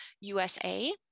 USA